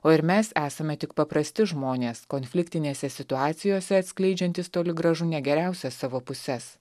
o ir mes esame tik paprasti žmonės konfliktinėse situacijose atskleidžiantys toli gražu ne geriausias savo puses